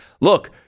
look